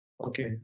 Okay